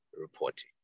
reporting